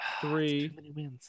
three